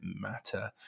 matter